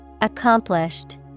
Accomplished